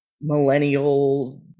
millennial